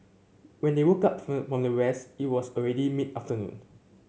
when they woke up from their rest it was already mid afternoon